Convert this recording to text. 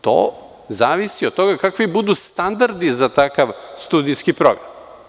To zavisi od toga kakvi budu standardi za takav studijski program.